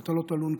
אתה לא תלון כאן,